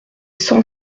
cent